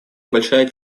большая